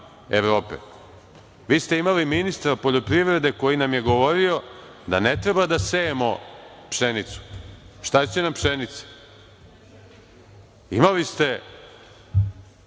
Evrope, a vi ste imali ministra poljoprivrede koji vam je govorio da ne treba da sejemo pšenicu i šta će nam pšenica. Imali ste